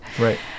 Right